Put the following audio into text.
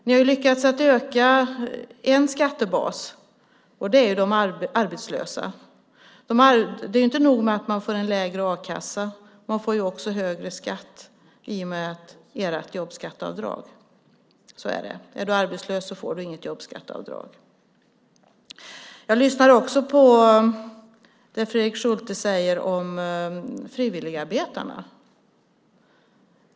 Ni har lyckats öka en skattebas, nämligen de arbetslösa. Det är inte nog med att de får en lägre a-kassa. De får också högre skatt i och med ert jobbskatteavdrag. Så är det. Är man arbetslös får man inget jobbskatteavdrag. Jag lyssnade också på det som Fredrik Schulte sade om frivilligarbetarna.